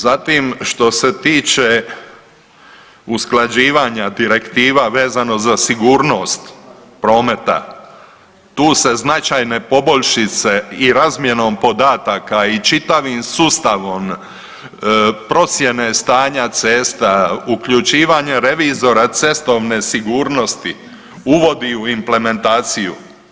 Zatim, što se tiče usklađivanja direktiva vezano za sigurnost prometa, tu se značajne poboljšice i razmjenom podataka i čitavim sustavom procjene stanja cesta, uključivanje revizora cestovne sigurnosti uvodi u implementaciju.